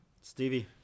Stevie